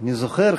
אני זוכר,